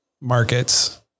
markets